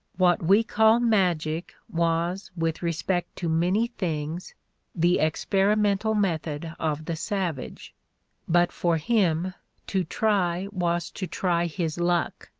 what we call magic was with respect to many things the experimental method of the savage but for him to try was to try his luck,